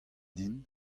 din